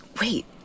wait